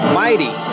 mighty